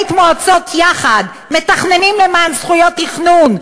"בית מועצת יחד"; מתכננים למען זכויות תכנון,